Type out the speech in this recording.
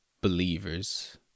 Believers